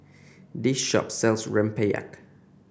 this shop sells rempeyek